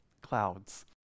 clouds